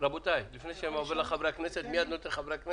לפני שאני עובר לחברי הכנסת, מענקים